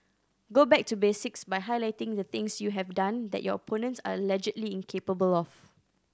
go back to basics by highlighting the things you have done that your opponents are allegedly incapable of